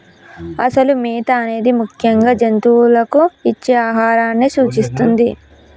అసలు మేత అనేది ముఖ్యంగా జంతువులకు ఇచ్చే ఆహారాన్ని సూచిస్తుంది